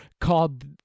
called